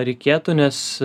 reikėtų nes